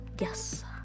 Yes